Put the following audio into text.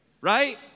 Right